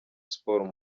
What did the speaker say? sports